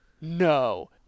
no